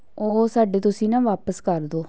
ਉਹ ਸਾਡੇ ਤੁਸੀਂ ਨਾ ਵਾਪਸ ਕਰ ਦਿਉ